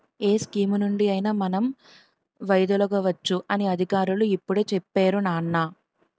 ఏ స్కీమునుండి అయినా మనం వైదొలగవచ్చు అని అధికారులు ఇప్పుడే చెప్పేరు నాన్నా